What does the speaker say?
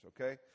Okay